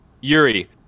yuri